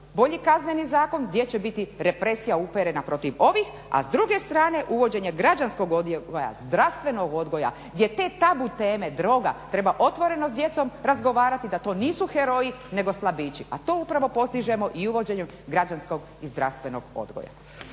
bolji Kazneni zakon gdje će biti represija uperena protiv ovih, a s druge strane uvođenje građanskog odgoja, zdravstvenog odgoja, gdje te tabu teme droga treba otvoreno s djecom razgovarati da to nisu heroji, nego slabići. A to upravo postižemo i uvođenjem građanskog i zdravstvenog odgoja.